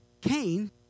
Cain